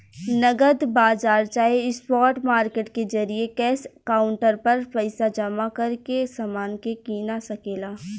नगद बाजार चाहे स्पॉट मार्केट के जरिये कैश काउंटर पर पइसा जमा करके समान के कीना सके ला